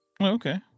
okay